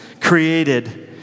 created